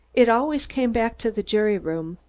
it always came back to the jury room.